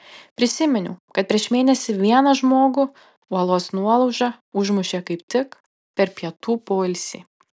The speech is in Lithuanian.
prisiminiau kad prieš mėnesį vieną žmogų uolos nuolauža užmušė kaip tik per pietų poilsį